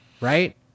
right